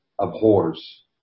abhors